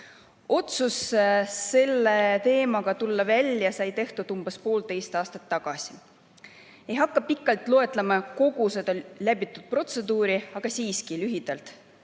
Otsus selle teemaga välja tulla sai tehtud umbes poolteist aastat tagasi. Ei hakka pikalt ette lugema kogu seda läbitud protseduuri, aga lühidalt